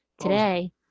today